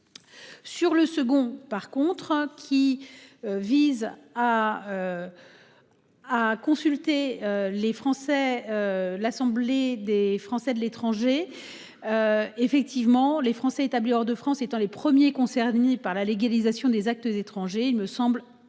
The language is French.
Sur le second par contre hein qui. Visent à. À consulter les Français. L'Assemblée des Français de l'étranger. Effectivement les Français établis hors de France étant les premiers concernés par la légalisation des actes étrangers. Il me semble utile